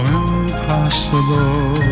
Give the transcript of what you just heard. impossible